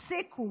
הפסיקו.